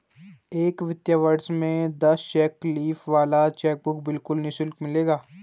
एक वित्तीय वर्ष में दस चेक लीफ वाला चेकबुक बिल्कुल निशुल्क मिलेगा